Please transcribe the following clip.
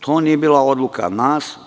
To nije bila odluka nas.